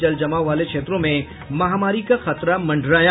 जल जमाव वार्ले क्षेत्रों में महामारी का खतरा मंडराया